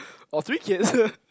or three kids